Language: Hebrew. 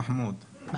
מחמוד אלעמור, בבקשה.